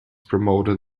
promoted